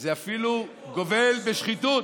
זה אפילו גובל בשחיתות.